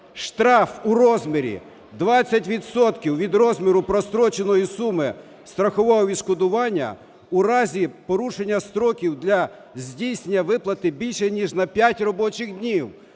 штраф у розмірі 20 відсотків від розміру простроченої суми страхового відшкодування у разі порушення строків для здійснення виплати більше ніж на 5 робочих днів.